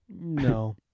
No